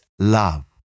Love